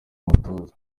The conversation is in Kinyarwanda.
mutoza